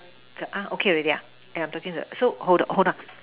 uh okay already ah I'm talking so hold hold on